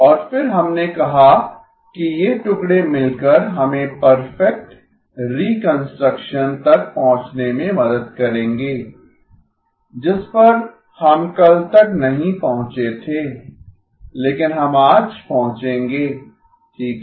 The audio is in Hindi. और फिर हमने कहा कि ये टुकड़े मिलकर हमें परफेक्ट रिकंस्ट्रक्शन तक पहुँचने में मदद करेंगें जिस पर हम कल तक नहीं पहुंचे थे लेकिन हम आज पहुंचेंगें ठीक है